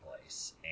place